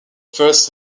first